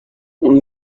اون